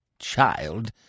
Child